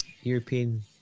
European